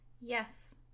Yes